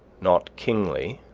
not kingly,